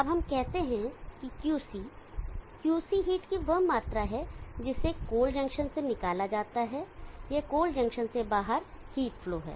अब हम कहते हैं कि QC QC हीट की मात्रा है जिसे कोल्ड जंक्शन से निकाला जाता है यह कोल्ड जंक्शन से बाहर हीट फ्लो है